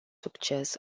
succes